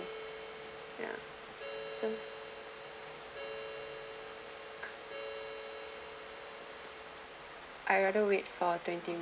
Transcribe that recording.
I rather wait for twenty